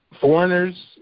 foreigners